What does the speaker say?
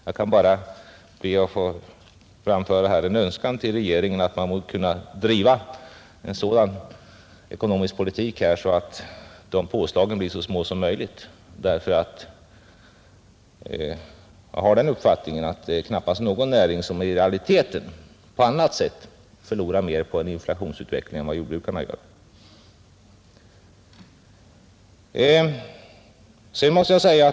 Jag ber bara att få framföra en önskan till regeringen, att man må kunna driva en sådan ekonomisk politik att påslagen blir så små som möjligt, därför att jag har den uppfattningen att det är knappast någon näring som i realiteten förlorar mer på en inflationsutveckling än vad jordbruket gör.